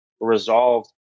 resolved